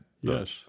Yes